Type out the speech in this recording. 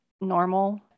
normal